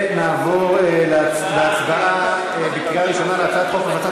נעבור להצבעה בקריאה הראשונה על הצעת חוק הפצת